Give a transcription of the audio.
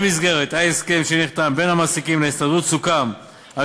במסגרת ההסכם שנחתם בין המעסיקים להסתדרות סוכם על